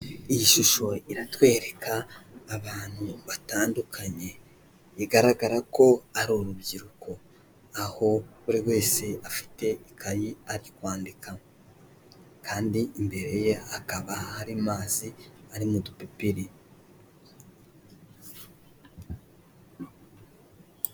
Iyi shusho iratwereka abantu batandukanye bigaragara ko ari urubyiruko, aho buri wese afite ikayi ari kwandikamo kandi imbere ye akaba hari mazi ari mu dupipiri.